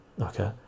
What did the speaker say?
okay